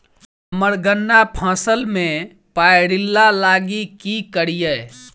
हम्मर गन्ना फसल मे पायरिल्ला लागि की करियै?